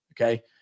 Okay